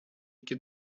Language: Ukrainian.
які